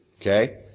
okay